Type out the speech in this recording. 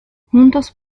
juntos